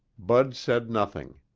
bud said nothing.